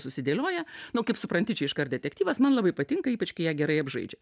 susidėlioja nu kaip supranti čia iškart detektyvas man labai patinka ypač kai ją gerai apžaidžia